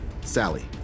Sally